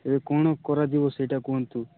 ଏବେ କ'ଣ କରାଯିବ ସେଇଟା କୁହନ୍ତୁ